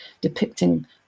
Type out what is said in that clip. depicting